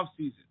offseason